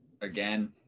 again